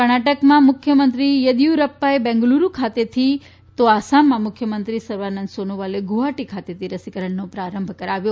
કર્ણાટક્રમાં મુખ્યમંત્રી યેદીયુરપ્પાએ બેંગલુરૂ ખાતેથી તો આસામમાં મુખ્યમંત્રી સર્વાનંદ સોનોવાલે ગુવહાટી ખાતેથી રસીકરણનો પ્રારંભ કરાવ્યો